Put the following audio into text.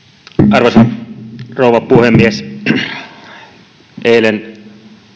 arvoisa rouva puhemies eilen